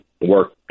work